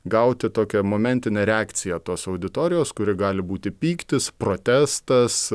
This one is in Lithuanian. gauti tokią momentinę reakciją tos auditorijos kuri gali būti pyktis protestas